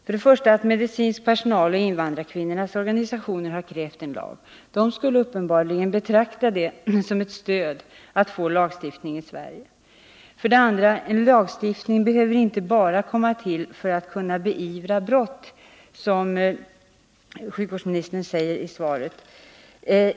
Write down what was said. För det första: Medicinsk personal och invandrarkvinnornas organisationer har krävt en lag. De skulle uppenbarligen betrakta det som ett stöd, om vi i Sverige får en lagstiftning mot omskärelse. För det andra: En lagstiftning behöver inte bara komma till för att man skall kunna beivra brott.